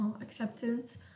acceptance